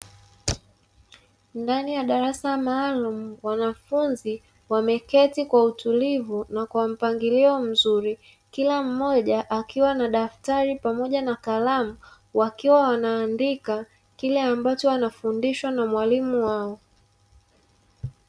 Ndani ya darasa maalumu wanafunzi wameketi kwa utulivu na kwa mpangilio mzuri, kila mmoja akiwa na daftari pamoja na kalamu wakiwa wanaandika kile ambacho anafundishwa na mwalimu wao.